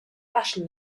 fashion